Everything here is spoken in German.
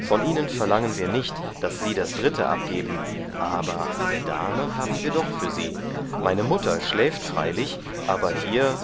von ihnen verlangen wir nicht daß sie das dritte abgeben aber eine dame haben wir doch für sie meine mutter schläft freilich aber hier